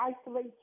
isolate